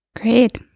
Great